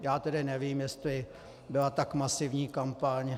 Já tedy nevím, jestli byla tak masivní kampaň.